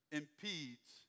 impedes